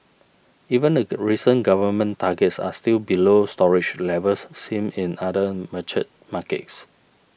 even the recent government targets are still below storage levels seen in other mature markets